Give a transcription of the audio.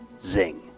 Zing